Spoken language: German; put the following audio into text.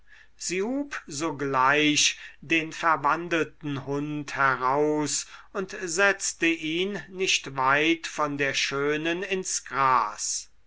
hub sogleich den verwandelten hund heraus und setzte ihn nicht weit von der schönen ins gras